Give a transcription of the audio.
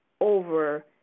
over